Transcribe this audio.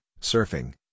surfing